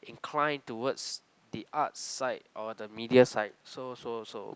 inclined towards the art side or the media side so so so